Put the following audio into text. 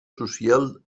social